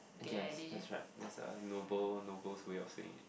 I guess that's right that's a noble noble ways of saying it